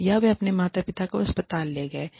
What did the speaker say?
या वे अपने माता पिता को अस्पताल ले गए हैं